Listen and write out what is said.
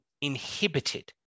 inhibited